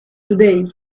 today